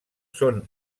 són